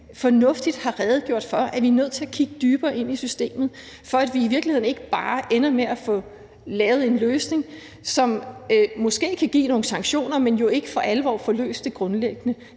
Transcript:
fornuftigt har redegjort for, at vi er nødt til at kigge dybere ind i systemet, for at vi i virkeligheden ikke bare ender med at få lavet en løsning, som måske kan give nogle sanktioner, men jo ikke for alvor grundlæggende